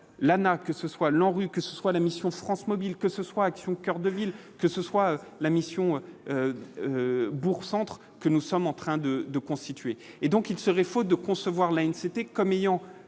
l'Lana, que ce soit l'ANRU, que ce soit la mission France mobiles, que ce soit Action coeur de ville, que ce soit la mission bourg centre que nous sommes en train de de constituer et donc, il serait faux de concevoir la c'était comme ayant